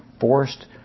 forced